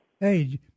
Hey